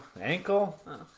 Ankle